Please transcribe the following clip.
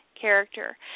character